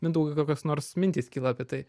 mindaugai kokios nors mintys kyla apie tai